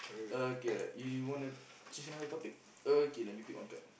okay right you want to change another topic okay let me pick one card